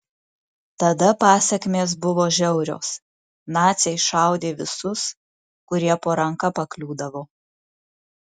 tada pasekmės buvo žiaurios naciai šaudė visus kurie po ranka pakliūdavo